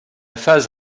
phase